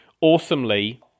awesomely